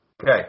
okay